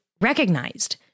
recognized